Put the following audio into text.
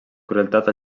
crueltat